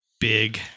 big